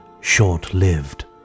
short-lived